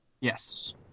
Yes